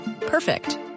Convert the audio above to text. Perfect